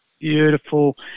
Beautiful